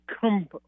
come